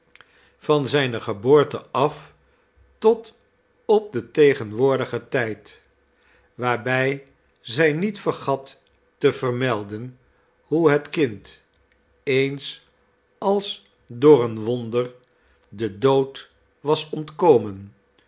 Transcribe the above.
van zijne geboorte af tot op den tegenwoordigen tijd waarbij zij niet vergat te vermelden hoe het kind eens ate door een wonder den dood was ontkomen